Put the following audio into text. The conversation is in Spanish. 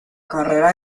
carrera